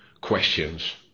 questions